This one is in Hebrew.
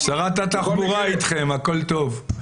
שרת התחבורה אתכם, הכול טוב.